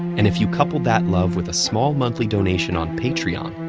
and if you coupled that love with a small monthly donation on patreon,